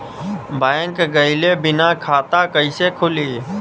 Bank गइले बिना खाता कईसे खुली?